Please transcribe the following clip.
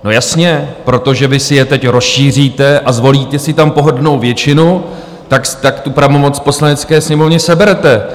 No jasně, protože vy si je teď rozšíříte a zvolíte si tam pohodlnou většinu, tak tu pravomoc Poslanecké sněmovně seberete.